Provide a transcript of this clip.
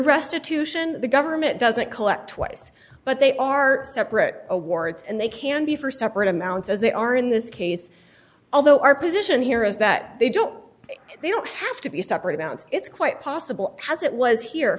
restitution the government doesn't collect twice but they are separate awards and they can be for separate amounts as they are in this case although our position here is that they don't they don't have to be separate amounts it's quite possible has it was here